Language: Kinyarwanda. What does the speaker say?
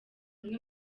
umwe